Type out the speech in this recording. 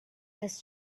has